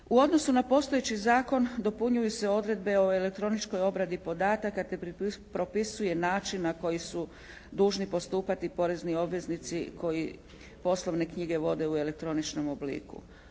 U odnosu na postojeći zakon dopunjuju se odredbe o elektroničkoj obradi podataka te propisuje način na koji su dužni postupati porezni obveznici koji poslovne knjige vode u elektroničnom obliku.